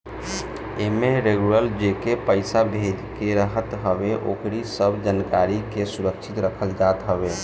एमे रेगुलर जेके पईसा भेजे के रहत हवे ओकरी सब जानकारी के सुरक्षित रखल जात हवे